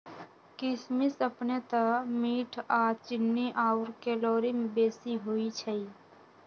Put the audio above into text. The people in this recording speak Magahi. किशमिश अपने तऽ मीठ आऽ चीन्नी आउर कैलोरी में बेशी होइ छइ